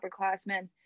upperclassmen